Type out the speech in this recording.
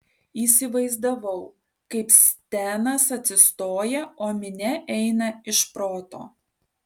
įsivaizdavau kaip stenas atsistoja o minia eina iš proto